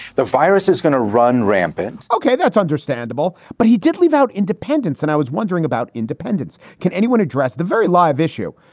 the virus is going to run rampant. ok. that's understandable. but he did leave out independents. and i was wondering about independents. can anyone address the very live issue?